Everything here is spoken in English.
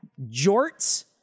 jorts